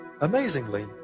Amazingly